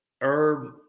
Herb